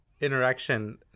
interaction